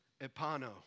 Epano